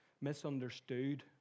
misunderstood